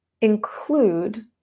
include